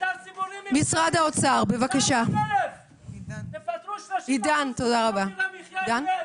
במגזר הציבורי 900,000. תפטרו 30% ויוקר המחיה ירד,